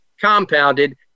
compounded